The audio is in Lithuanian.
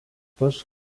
pas